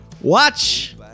Watch